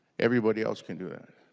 everybody else can do that.